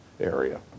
area